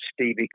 Stevie